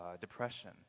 depression